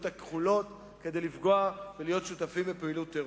הכחולות כדי לפגוע ולהיות שותפים בפעילות טרור.